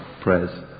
prayers